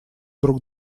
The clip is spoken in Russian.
друг